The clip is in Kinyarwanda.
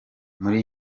muri